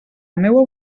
meua